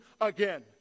again